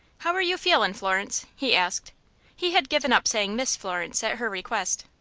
how are you feelin', florence? he asked he had given up saying miss florence at her request.